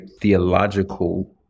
theological